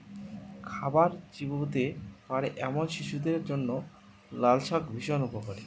খাবার চিবোতে পারে এমন শিশুদের জন্য লালশাক ভীষণ উপকারী